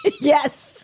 Yes